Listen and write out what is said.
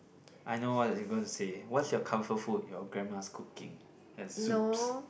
I know what you going to say what's your comfort food your grandma's cooking and soups